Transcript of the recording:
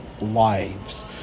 lives